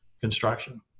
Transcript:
construction